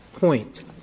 point